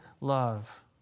love